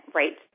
right